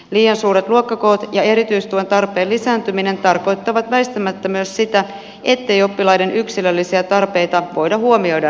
liian suuret luokkakoot ja erityistuen tarpeen lisääntyminen tarkoittavat väistämättä myös sitä ettei oppilaiden yksilöllisiä tarpeita voida huomioida riittävästi